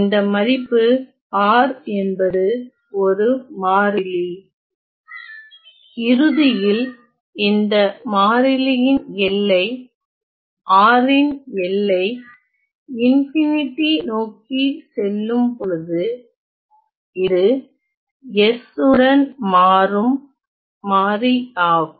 இந்த மதிப்பு R என்பது ஒரு மாறிலி இறுதியில் இந்த மாறிலியின் எல்லை R ன் எல்லை நோக்கிச் செல்லும்பொழுது இது s உடன் மாறும் மாறி ஆகும்